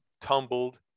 tumbled